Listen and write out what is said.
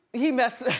he messed,